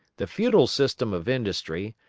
the feudal system of industry,